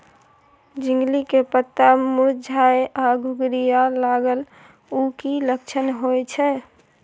झिंगली के पत्ता मुरझाय आ घुघरीया लागल उ कि लक्षण होय छै?